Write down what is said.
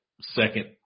second